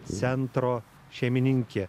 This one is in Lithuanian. centro šeimininkė